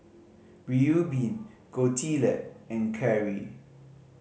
Reubin Gottlieb and Carry